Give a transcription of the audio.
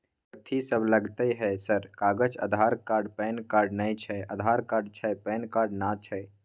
कथि सब लगतै है सर कागज आधार कार्ड पैन कार्ड नए छै आधार कार्ड छै पैन कार्ड ना छै?